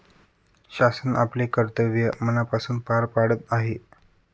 शासन आपले कर्तव्य मनापासून पार पाडत आहे